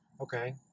Okay